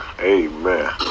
amen